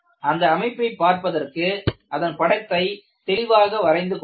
அந்த அமைப்பை பார்ப்பதற்கு அதன் படத்தை தெளிவாக வரைந்து கொள்க